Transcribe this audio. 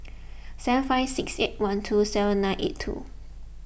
seven five six eight one two seven nine eight two